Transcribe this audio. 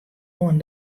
oan